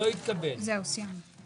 הצבעה הרוויזיה לא אושרה.